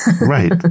right